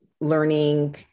learning